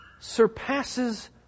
surpasses